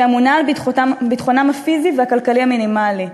שממונה על ביטחונם הפיזי והכלכלי המינימלי.